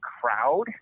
crowd